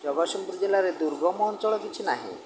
ଜଗତସିଂହପୁର ଜିଲ୍ଲାରେ ଦୁର୍ଗମ ଅଞ୍ଚଳ କିଛି ନାହିଁ